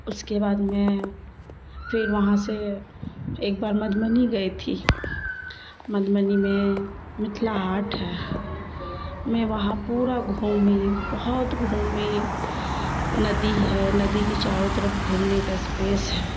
اس کے بعد میں پھر وہاں سے ایک بار مدھمنی گئی تھی مدھمنی میں متھلا ہاٹ ہے میں وہاں پورا گھومی بہت گھومی ندی ہے ندی کی چاروں طرف گھومنے کا اسپیس ہے